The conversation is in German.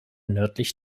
nördlich